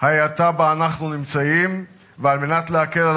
ההאטה שבה אנחנו נמצאים ועל מנת להקל על